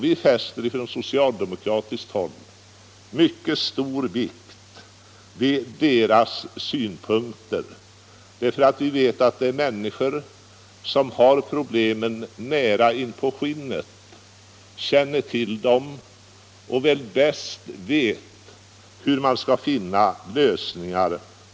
Vi fäster från socialdemokratiskt håll mycket stor vikt vid deras synpunkter, därför att vi vet att det är människor som har problemen nära inpå skinnet, känner till dem och väl bäst vet hur man skall finna lösningar.